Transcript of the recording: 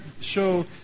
show